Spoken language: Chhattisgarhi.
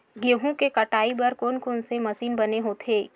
गेहूं के कटाई बर कोन कोन से मशीन बने होथे?